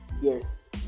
Yes